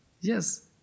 yes